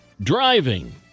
Driving